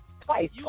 twice